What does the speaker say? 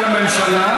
של הממשלה.